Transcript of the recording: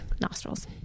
nostrils